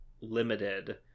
limited